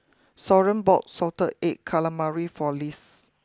Soren bought Salted Egg Calamari for Lisle